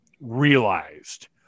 realized